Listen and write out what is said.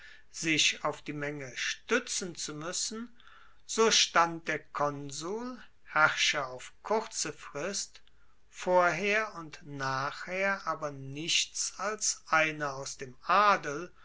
sich auf die menge stuetzen zu muessen so stand der konsul herrscher auf kurze frist vorher und nachher aber nichts als einer aus dem adel